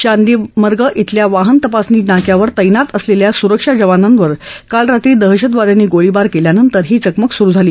शादीमर्ग इथल्या वाहन तपासणी नाक्यावर तैनात असलेल्या स्रक्षा जवानांवर काल रात्री दहशतवाद्यांनी गोळीबार केल्यानंतर ही चकमक सुरु झाली